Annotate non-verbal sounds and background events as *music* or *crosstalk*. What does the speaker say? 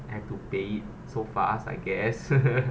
and to pay it so fast I guess *noise*